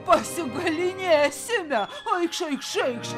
pasigalynėsime eikš eikš eikš